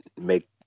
make